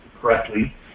correctly